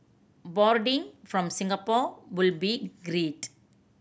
boarding from Singapore would be great